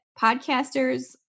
podcasters